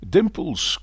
Dimples